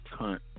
Cunt